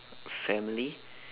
family